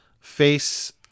face